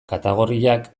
katagorriak